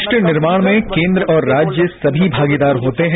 राष्ट्र निर्माण में केन्द्र और राज्य सभी भागीदार होते हैं